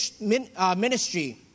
ministry